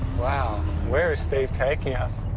wow. where is steve taking us?